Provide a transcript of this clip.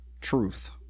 truth